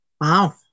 Wow